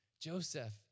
Joseph